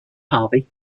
harvey